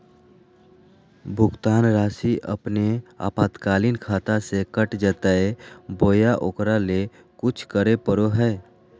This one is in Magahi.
भुक्तान रासि अपने आपातकालीन खाता से कट जैतैय बोया ओकरा ले कुछ करे परो है?